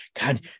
god